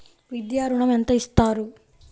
విద్యా ఋణం ఎంత ఇస్తారు?